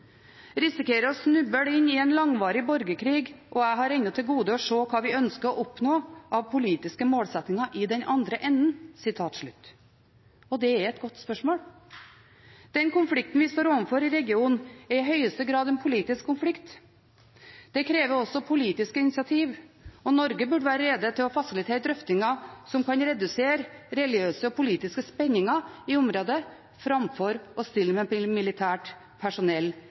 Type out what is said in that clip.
å snuble inn i en langvarig borgerkrig, og jeg har ennå til gode å se hva vi ønsker å oppnå av politiske målsettinger i den andre enden.» Det er et godt spørsmål. Den konflikten vi står overfor i regionen, er i høyeste grad en politisk konflikt. Det krever også politiske initiativ, og Norge burde være rede til å fasilitere drøftinger som kan redusere religiøse og politiske spenninger i området, framfor å stille med militært personell